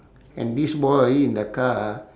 and this boy in the car